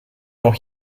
noch